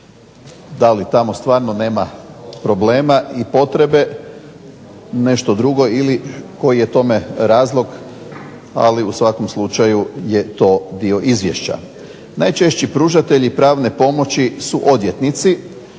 Da li tamo stvarno nema problema i potrebe, nešto drugo ili koji je tome razlog, ali u svakom slučaju je to dio izvješća. Najčešći pružatelji pravne pomoći su odvjetnici,